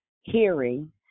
Hearing